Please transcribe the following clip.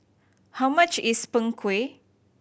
how much is Png Kueh